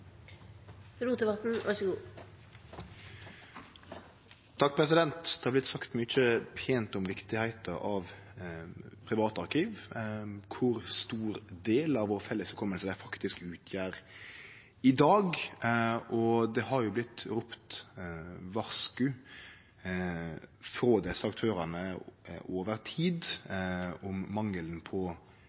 sagt mykje pent om kor viktige private arkiv er, kor stor del av vårt felles minne dei faktisk utgjer i dag, og desse aktørane har over tid ropt varsku